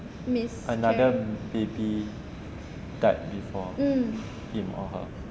another baby died before him hor her ya